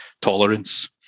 tolerance